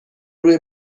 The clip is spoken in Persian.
روی